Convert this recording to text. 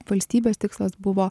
valstybės tikslas buvo